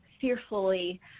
fearfully